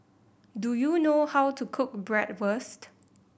do you know how to cook Bratwurst